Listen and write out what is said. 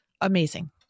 amazing